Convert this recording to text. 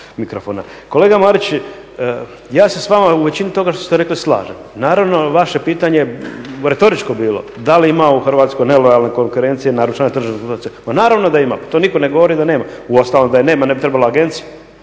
Kolega Marić, ja se s vama u većini toga što ste rekli slažem. Naravno, vaše pitanje je retoričko bilo, da li ima u Hrvatskoj nelojalne konkurencije, naročito na …, pa naravno da ima, to nitko ne govori da nema. Uostalom da je nema, ne bi trebala agencija